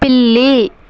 పిల్లి